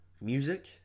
music